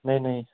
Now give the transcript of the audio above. नेईं नेईं